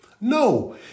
No